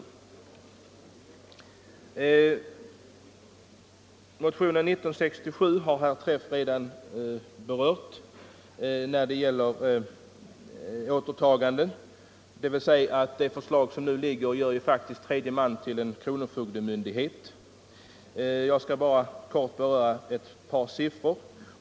När det gäller motionen 1967 har herr Träff redan talat om den. Motionen gäller återtagande av fordon. Det förslag som nu föreligger gör faktiskt tredje man till en kronofogdemyndighet. Jag skall här bara nämna några siffror.